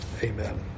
amen